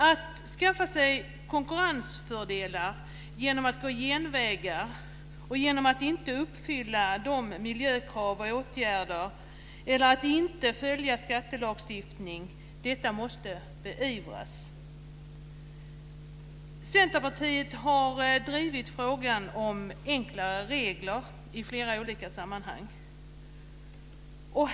Att skaffa sig konkurrensfördelar genom att gå genvägar och genom att inte uppfylla miljökraven och vidta åtgärder eller att inte följa skattelagstiftningen måste beivras. Centerpartiet har drivit frågan om enklare regler i flera olika sammanhang.